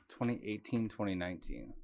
2018-2019